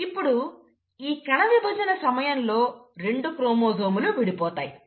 ఇప్పుడు ఈ కణవిభజన సమయంలో రెండు క్రోమోజోములు విడిపోతాయి